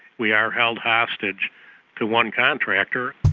we are held hostage to one contractor.